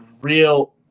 real